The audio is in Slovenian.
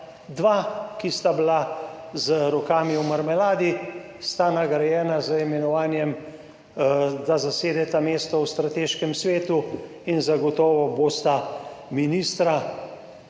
Dva, ki sta bila z rokami v marmeladi, sta nagrajena z imenovanjem, da zasedeta mesto v strateškem svetu in zagotovo bosta ministra,